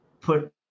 put